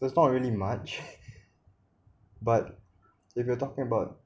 there's not really much but if you are talking about